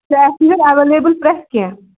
ژےٚ آسہِ ییٚتیٚتھ ایویلیبٕل پرٮ۪تھ کینٛہہ